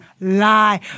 lie